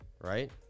Right